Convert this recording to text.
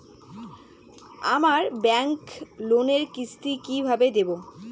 আমার ব্যাংক লোনের কিস্তি কি কিভাবে দেবো?